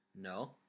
No